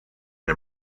nie